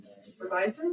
supervisor